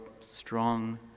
strong